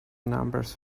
numbers